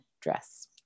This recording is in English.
dress